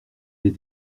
des